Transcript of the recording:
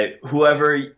whoever